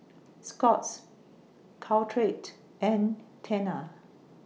Scott's Caltrate and Tena